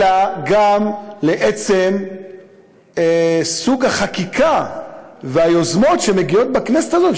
אלא גם לעצם סוג החקיקה והיוזמות שמגיעות בכנסת הזאת.